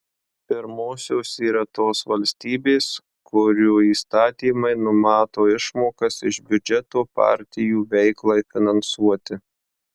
pirmosios yra tos valstybės kurių įstatymai numato išmokas iš biudžeto partijų veiklai finansuoti